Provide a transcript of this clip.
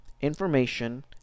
information